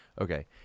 Okay